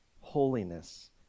holiness